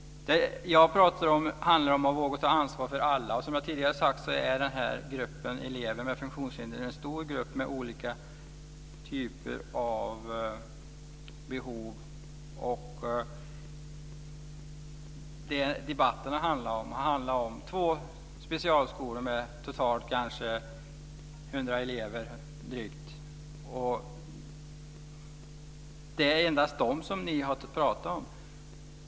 Jag pratar om att våga ta ansvar för alla. Som jag tidigare har sagt är gruppen elever med funktionshinder en stor grupp med olika behov. Debatten har handlat om två specialskolor med totalt drygt 100 elever. Det är endast dem som ni har pratat om.